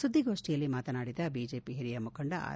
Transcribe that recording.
ಸುದ್ಗಿಗೋಷ್ಠಿಯಲ್ಲಿ ಮಾತನಾಡಿದ ಬಿಜೆಪಿ ಹಿರಿಯ ಮುಖಂಡ ಆರ್